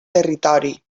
territori